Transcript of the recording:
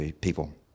people